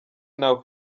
nawe